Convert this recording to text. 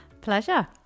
Pleasure